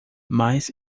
mas